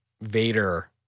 Vader